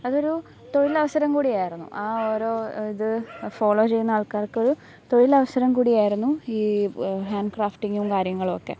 അതൊരു തൊഴിലവസരം കൂടിയായിരുന്നു ആ ഓരോ ഇത് ഫോളോ ചെയ്യുന്ന ആൾക്കാർക്കൊരു തൊഴിലവസരം കൂടിയായിരുന്നു ഈ ഹാൻ ക്രാഫ്റ്റിങും കാര്യങ്ങളുവൊക്കെ